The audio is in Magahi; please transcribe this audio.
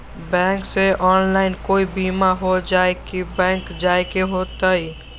बैंक से ऑनलाइन कोई बिमा हो जाई कि बैंक जाए के होई त?